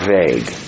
vague